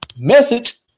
Message